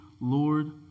Lord